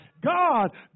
God